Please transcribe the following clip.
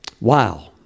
Wow